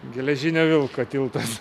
geležinio vilko tiltas